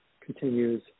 continues